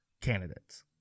candidates